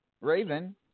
Raven